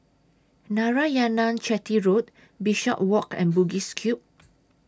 Narayanan Chetty Road Bishopswalk and Bugis Cube